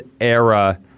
era –